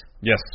Yes